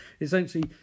Essentially